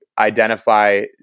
identify